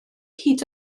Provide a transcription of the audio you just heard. hyd